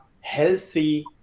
healthy